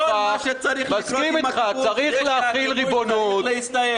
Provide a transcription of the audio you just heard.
כל מה שצריך לקרות עם הכיבוש זה שהכיבוש צריך להסתיים.